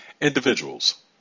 Individuals